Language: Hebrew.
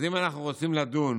אז אם אנחנו רוצים לדון